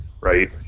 right